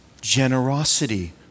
generosity